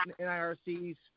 nirc's